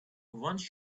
wants